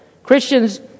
Christians